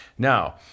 Now